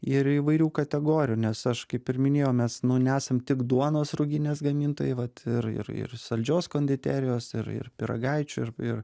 ir įvairių kategorijų nes aš kaip ir minėjau mes nu nesam tik duonos ruginės gamintojai vat ir ir ir saldžios konditerijos ir ir pyragaičių ir ir